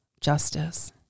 justice